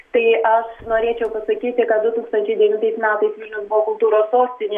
tai aš norėčiau pasakyti kad du tūkstančiai devintais metais vilnius buvo kultūros sostinė